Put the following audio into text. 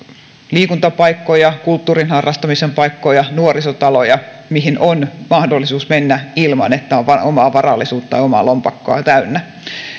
liikuntapaikkoja kulttuurin harrastamisen paikkoja nuorisotaloja mihin on mahdollisuus mennä ilman että on omaa varallisuutta tai omaa lompakkoa täynnä